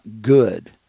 good